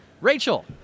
Rachel